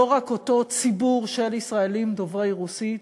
לא רק אותו ציבור של ישראלים דוברי רוסית,